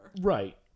right